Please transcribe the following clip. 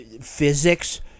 physics